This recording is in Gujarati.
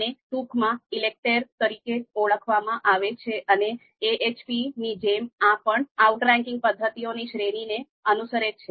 આને ટૂંકમાં ઈલેકટેર તરીકે ઓળખવામાં આવે છે અને AHP ની જેમ આ પણ આઉટરેન્કિંગ પદ્ધતિઓની શ્રેણીને અનુસરે છે